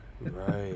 Right